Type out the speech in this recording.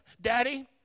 Daddy